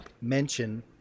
mention